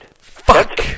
Fuck